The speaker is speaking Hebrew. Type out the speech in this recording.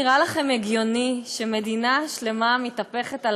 נראה לכם הגיוני שמדינה שלמה מתהפכת על